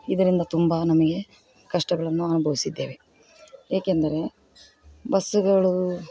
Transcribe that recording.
ಇದರಿಂದ ತುಂಬ ನಮಗೆ ಕಷ್ಟಗಳನ್ನು ಅನುಭವಿಸಿದ್ದೇವೆ ಏಕೆಂದರೆ ಬಸ್ಸುಗಳು